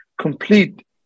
complete